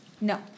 No